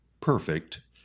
perfect